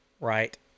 right